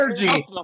energy